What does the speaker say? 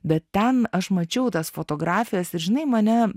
bet ten aš mačiau tas fotografijas ir žinai mane